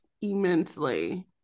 immensely